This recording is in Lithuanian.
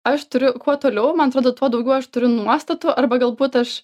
aš turiu kuo toliau man atrodo tuo daugiau aš turiu nuostatų arba galbūt aš